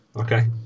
Okay